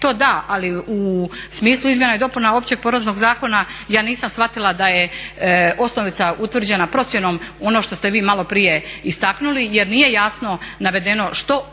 to da ali u smislu izmjena i dopuna OPZ ja nisam shvatila da je osnovica utvrđena procjenom, ono što ste vi maloprije istaknuli, jer nije jasno navedeno što